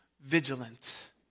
vigilant